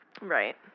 right